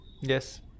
Yes